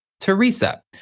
Teresa